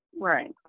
Right